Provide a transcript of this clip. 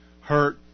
hurt